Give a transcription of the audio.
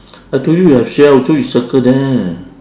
I told you you have a shell so you circle that